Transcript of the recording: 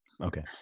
Okay